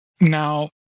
Now